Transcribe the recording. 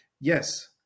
Yes